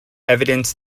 evidenced